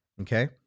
Okay